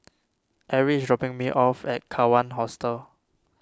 Arrie is dropping me off at Kawan Hostel